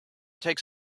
takes